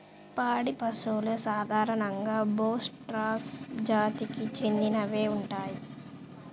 పాడి పశువులు సాధారణంగా బోస్ టారస్ జాతికి చెందినవే ఉంటాయి